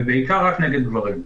ובעיקר נגד גברים.